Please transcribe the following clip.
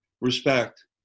respect